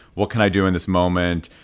what can i do in this moment?